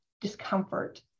discomfort